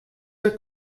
were